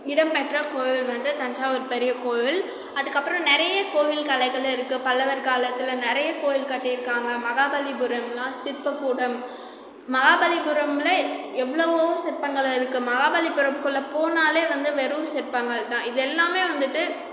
இடம் பெற்ற கோவில் வந்து தஞ்சாவூர் பெரிய கோவில் அதற்கப்பறம் நிறைய கோவில் கலைகள் இருக்கு பல்லவர் காலத்தில் நிறைய கோவில் கட்டிருக்காங்க மகாபலிபுரம்லாம் சிற்பக்கூடம் மகாபலிபுரம்ல எவ்ளோவோ சிற்பங்கள் இருக்கு மகாபலிபுரம்குள்ளே போனாலே வந்து வெறும் சிற்பங்கள் தான் இது எல்லாமே வந்துவிட்டு